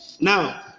Now